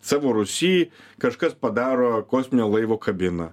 savo rūsy kažkas padaro kosminio laivo kabiną